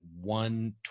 one